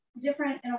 Different